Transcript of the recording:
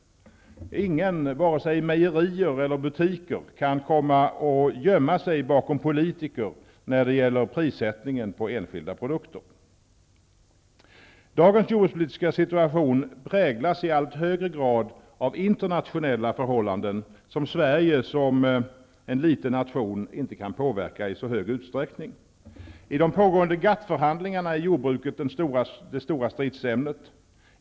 Ingen, vare sig mejerier eller butiker, kan komma och gömma sig bakom politiker när det gäller prissättningen på enskilda produkter. Dagens jordbrukspolitiska situation präglas i allt högre grad av internationella förhållanden som Sverige som en liten nation inte kan påverka i så hög utsträckning. I de pågående GATT förhandlingarna är jordbruket det stora stridsämnet.